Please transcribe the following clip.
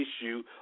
issue